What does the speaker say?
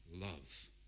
love